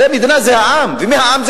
הרי המדינה זה העם, ומי העם?